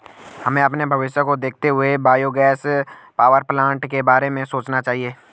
हमें अपने भविष्य को देखते हुए बायोगैस पावरप्लांट के बारे में सोचना चाहिए